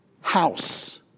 house